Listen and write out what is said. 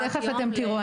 אז תכף אתם תראו.